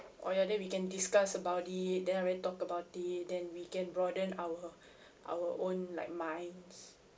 oh ya then we can discuss about it theneverybody talk about it then we can broaden our our own like minds